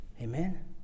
Amen